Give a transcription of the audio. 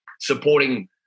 supporting